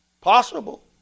possible